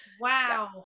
Wow